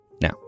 now